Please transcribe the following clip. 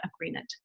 Agreement